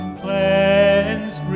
cleanse